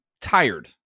tired